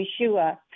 Yeshua